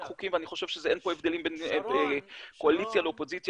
חוקים ואני חושב שאין פה הבדלים בין קואליציה לאופוזיציה,